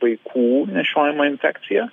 vaikų nešiojama infekcija